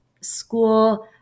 school